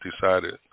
decided